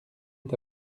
est